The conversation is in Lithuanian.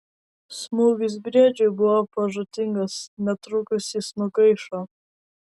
smūgis briedžiui buvo pražūtingas netrukus jis nugaišo